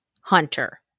Hunter